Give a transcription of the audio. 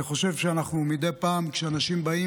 אני חושב שמדי פעם כשאנשים באים